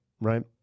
Right